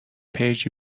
پیجی